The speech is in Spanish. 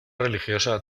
religiosa